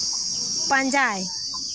ᱯᱟᱸᱡᱟᱭ